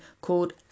called